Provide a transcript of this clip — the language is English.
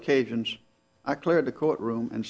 occasions i cleared the court room and